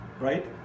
right